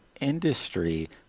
industry